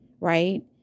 right